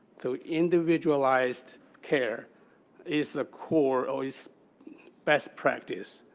so individualized care is the core or is best practice.